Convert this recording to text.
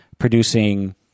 Producing